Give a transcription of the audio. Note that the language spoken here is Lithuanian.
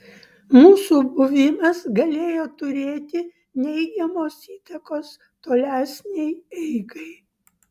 mūsų buvimas galėjo turėti neigiamos įtakos tolesnei eigai